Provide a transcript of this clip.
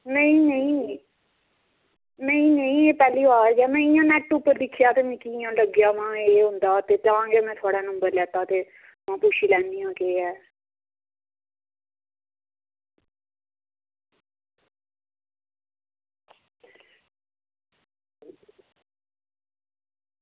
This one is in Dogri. नेईं नेईं एह् पैह्सली बार गै में इंया नेट उप्पर दिक्खेआ ते में इंया तां गै में थुआढ़ा नंबर लैता ते में हां पुच्छी लैनी आं केह् ऐ